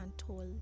untold